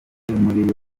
muri